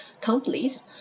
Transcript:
companies